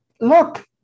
look